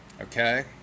Okay